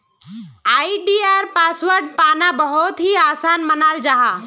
आई.डी.आर password पाना बहुत ही आसान मानाल जाहा